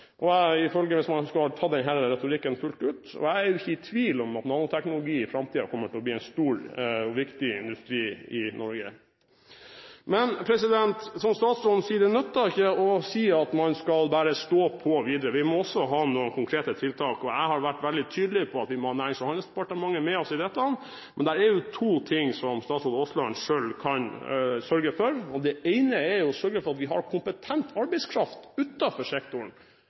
Jeg er ikke i tvil om at nanoteknologi i framtiden kommer til å bli en stor og viktig industri i Norge. Men, som statsråden sier, det nytter ikke bare å si at man skal stå på videre, vi må også ha noen konkrete tiltak. Jeg har vært veldig tydelig på at vi må ha Nærings- og handelsdepartementet med oss på dette. Men det er to ting som statsråd Aasland selv kan sørge for – det ene er å sørge for at vi har kompetent arbeidskraft utenfor sektoren